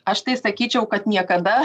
aš tai sakyčiau kad niekada